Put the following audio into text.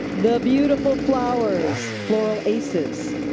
the beautiful flowers, floral aces.